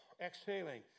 exhaling